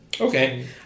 Okay